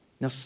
Now